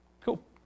Cool